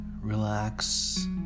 relax